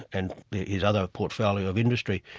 and his other portfolio of industry,